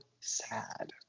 sad